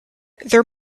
there